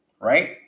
right